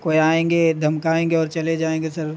کوئی آئیں گے دھمکائیں گے اور چلے جائیں گے سر